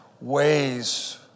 ways